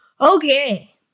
Okay